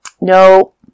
no